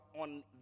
on